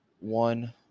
One